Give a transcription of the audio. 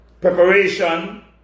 preparation